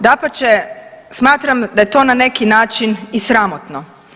Dapače, smatram da je to na neki način i sramotno.